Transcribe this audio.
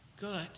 good